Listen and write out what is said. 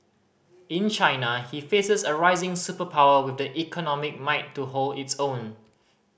in China he faces a rising superpower with the economic might to hold its own